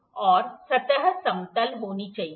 और सतह समतल होनी चाहिए